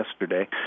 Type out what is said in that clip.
yesterday